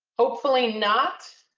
hopefully not,